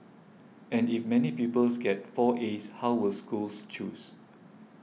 and if many peoples get four As how will schools choose